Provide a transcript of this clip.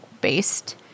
based